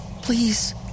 Please